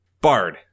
bard